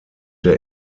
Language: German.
der